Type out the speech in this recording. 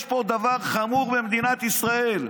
יש פה דבר חמור במדינת ישראל.